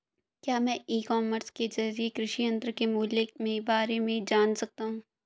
क्या मैं e commerce के ज़रिए कृषि यंत्र के मूल्य में बारे में जान सकता हूँ?